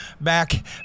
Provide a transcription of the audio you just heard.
back